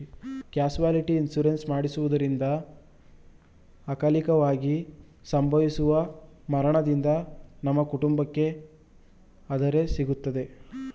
casualty insurance ಮಾಡಿಸುವುದರಿಂದ ಅಕಾಲಿಕವಾಗಿ ಸಂಭವಿಸುವ ಮರಣದಿಂದ ನಮ್ಮ ಕುಟುಂಬಕ್ಕೆ ಆದರೆ ಸಿಗುತ್ತದೆ